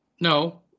no